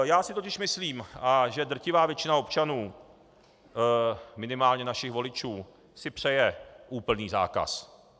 Já si totiž myslím, že drtivá většina občanů, minimálně našich voličů, si přeje úplný zákaz.